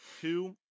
Two